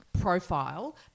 profile